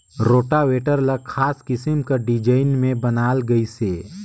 rotavator ल खास किसम कर डिजईन में बनाल गइसे